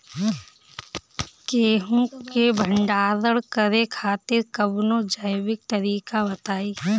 गेहूँ क भंडारण करे खातिर कवनो जैविक तरीका बताईं?